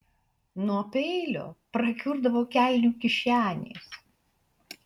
nuo peilio prakiurdavo kelnių kišenės